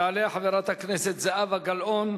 תעלה חברת הכנסת זהבה גלאון,